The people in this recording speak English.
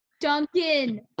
Duncan